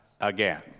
again